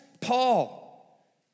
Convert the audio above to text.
Paul